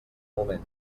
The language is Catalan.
moment